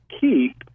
keep